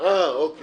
מישהו